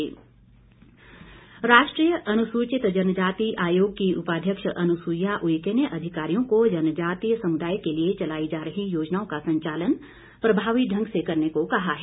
जनजातीय आयोग राष्ट्रीय अनुसूचित जनजाति आयोग की उपाध्यक्ष अनसुइया उईके ने अधिकारियों को जनजातीय समुदाय के लिए चलाई जा रही योजनाओं का संचालन प्रभावी ढंग से करने को कहा है